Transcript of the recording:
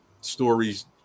stories